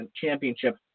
championship